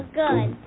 good